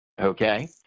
okay